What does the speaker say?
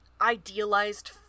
idealized